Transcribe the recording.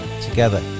together